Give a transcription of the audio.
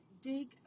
dig